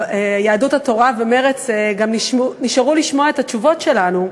יהדות התורה ומרצ גם נשארו לשמוע את התשובות שלנו,